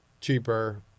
cheaper